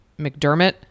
McDermott